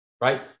right